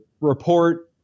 report